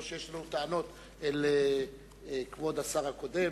לא שיש לנו טענות אל כבוד השר הקודם,